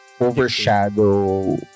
overshadow